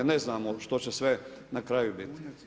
Ne znamo što će sve na kraju biti.